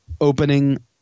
opening